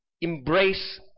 embrace